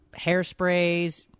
hairsprays